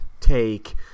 take